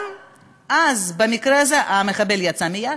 גם אז, במקרה הזה, המחבל יצא מיטא.